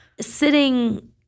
sitting